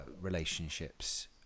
relationships